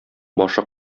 башы